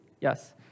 Yes